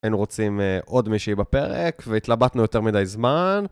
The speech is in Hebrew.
היינו רוצים עוד מישהי בפרק והתלבטנו יותר מדי זמן.